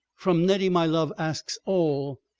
from nettie my love asks all.